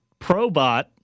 probot